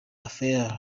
raphael